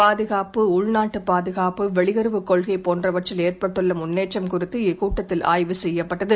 பாதுகாப்பு உள்நாட்டுபாதுகாப்பு வெளியுறவு கொள்கைபோன்றவற்றில் ஏற்பட்டுள்ளமுன்னேற்றம் குறித்து இக் கூட்டத்தில் ஆய்வு செய்யப்பட்டது